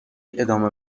ادامه